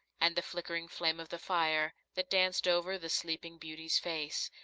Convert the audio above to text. and the flickering flame of the fire, that danced over the sleeping beauty's face,